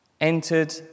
entered